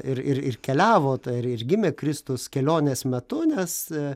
ir ir ir keliavo tai ir ir gimė kristus kelionės metu nes